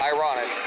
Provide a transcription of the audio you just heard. Ironic